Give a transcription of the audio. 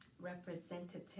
representative